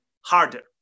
harder